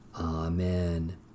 Amen